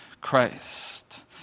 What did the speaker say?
Christ